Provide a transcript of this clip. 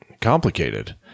complicated